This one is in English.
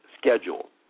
Schedule